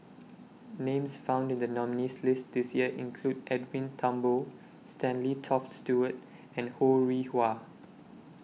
Names found in The nominees' list This Year include Edwin Thumboo Stanley Toft Stewart and Ho Rih Hwa